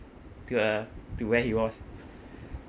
to uh to where he was